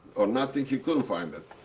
or nothing he couldn't find it.